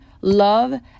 love